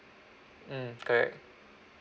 mm correct